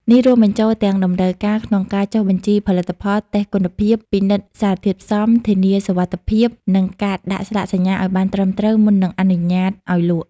នេះរួមបញ្ចូលទាំងតម្រូវការក្នុងការចុះបញ្ជីផលិតផល តេស្តគុណភាព ពិនិត្យសារធាតុផ្សំ ធានាសុវត្ថិភាព និងការដាក់ស្លាកសញ្ញាឲ្យបានត្រឹមត្រូវ មុននឹងអនុញ្ញាតឲ្យលក់។